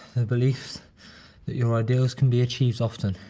the beliefs your ideals can be achieved often,